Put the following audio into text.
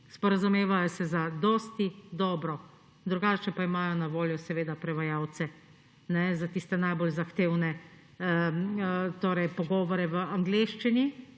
Sporazumevajo se zadosti dobro, drugače pa imajo na voljo seveda prevajalce za tiste najbolj zahtevne pogovore v angleščini.